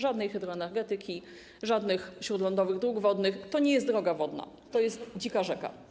Żadnej hydroenergetyki, żadnych śródlądowych dróg wodnych - to nie jest droga wodna, to jest dzika rzeka.